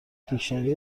دیکشنری